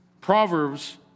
Proverbs